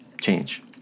change